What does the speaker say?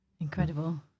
Incredible